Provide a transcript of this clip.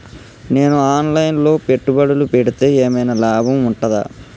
నేను online లో పెట్టుబడులు పెడితే ఏమైనా లాభం ఉంటదా?